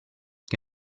che